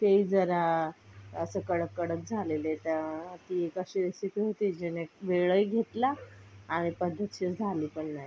ते जरा असं कडक कडक झालेले त्या ती अशी एक रेसिपी होती जिने वेळही घेतला आणि पद्धतशीर झाली पण नाही